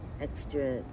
Extra